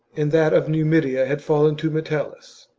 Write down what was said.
and that of numidia had fallen to metellus,